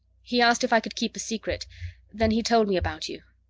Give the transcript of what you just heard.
he asked if i could keep a secret then he told me about you.